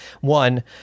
One